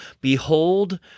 behold